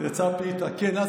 יצא פיתה, כן.